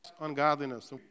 Ungodliness